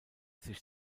sich